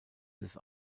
des